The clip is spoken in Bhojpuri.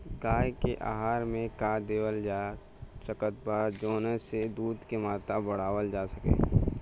गाय के आहार मे का देवल जा सकत बा जवन से दूध के मात्रा बढ़ावल जा सके?